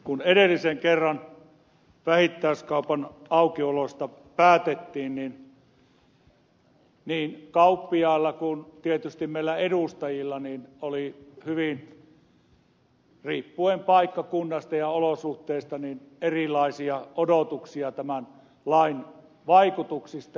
kun edellisen kerran vähittäiskaupan aukiolosta päätettiin oli niin kauppiailla kuin tietysti meillä edustajilla riippuen paikkakunnasta ja olosuhteista hyvin erilaisia odotuksia tämän lain vaikutuksista